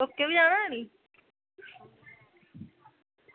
ओह्कें बी जाना नी तोह्